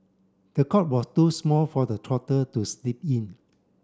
the cot was too small for the toddler to sleep in